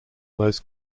most